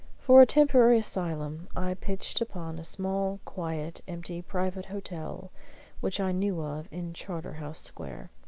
for a temporary asylum i pitched upon a small, quiet, empty, private hotel which i knew of in charterhouse square.